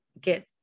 get